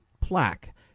plaque